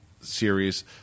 series